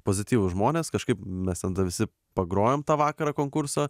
pozityvūs žmonės kažkaip mes ten tada visi pagrojom tą vakarą konkursą